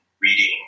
reading